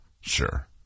sure